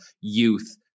youth